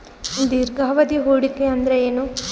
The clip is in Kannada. ದೀರ್ಘಾವಧಿ ಹೂಡಿಕೆ ಅಂದ್ರ ಏನು?